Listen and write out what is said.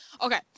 Okay